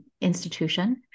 institution